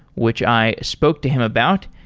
which i spoke to him about,